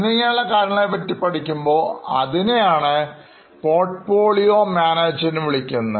എന്നിങ്ങനെയുള്ള കാര്യങ്ങളെപ്പറ്റി പഠിക്കുമ്പോൾ അതിനെ ആണ് പോർട്ട്ഫോളിയോ Management വിളിക്കുന്നത്